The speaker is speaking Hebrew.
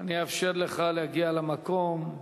אני אאפשר לך להגיע למקום.